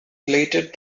related